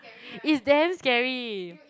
it's damn scary